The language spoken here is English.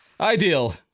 Ideal